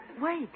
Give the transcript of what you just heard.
Wait